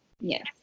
Yes